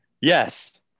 Yes